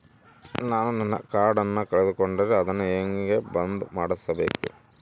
ನಾನು ನನ್ನ ಕಾರ್ಡನ್ನ ಕಳೆದುಕೊಂಡರೆ ಅದನ್ನ ಹೆಂಗ ಬಂದ್ ಮಾಡಿಸಬೇಕು?